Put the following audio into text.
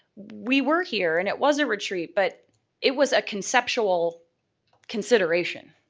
we were here and it was a retreat, but it was a conceptual consideration.